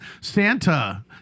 Santa